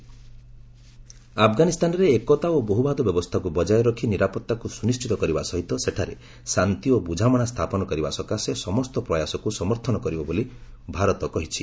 India Afghanistan ଆଫଗାନିସ୍ତାନରେ ଏକତା ଓ ବହୁବାଦ ବ୍ୟବସ୍ଥାକୁ ବଜାୟ ରଖି ନିରାପତ୍ତାକୁ ସ୍ୱନିଣ୍ଢିତ କରିବା ସହିତ ସେଠାରେ ଶାନ୍ତି ଓ ବୃଝାମଣା ସ୍ଥାପନ କରିବା ସକାଶେ ସମସ୍ତ ପ୍ରୟାସକୁ ସମର୍ଥନ କରିବ ବୋଲି ଭାରତ କହିଛି